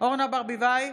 אורנה ברביבאי,